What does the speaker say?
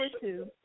two